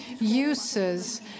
uses